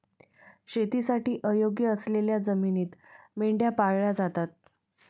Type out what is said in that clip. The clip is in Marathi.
शेतीसाठी अयोग्य असलेल्या जमिनीत मेंढ्या पाळल्या जातात